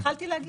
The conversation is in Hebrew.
התחלתי להגיד.